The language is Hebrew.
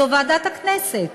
זו ועדת הכנסת.